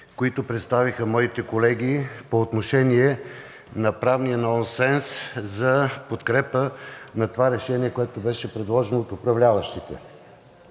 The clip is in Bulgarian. които представиха моите колеги по отношение на правния нонсенс за подкрепа на това решение, което беше предложено от управляващите.